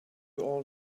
all